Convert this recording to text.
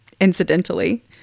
Incidentally